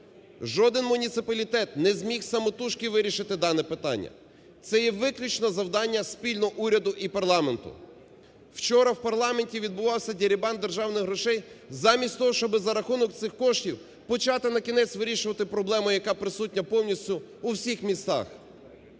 жоден муніципалітет не зміг самотужки вирішити дане питання, це є виключно завдання спільно уряду і парламенту. Вчора в парламенті відбувався дерибан державних грошей, замість того, щоби за рахунок цих коштів почати накінець вирішувати проблему, яка присутня повністю у всіх містах.